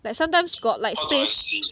like sometimes got like space